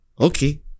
okay